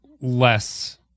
less